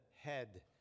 head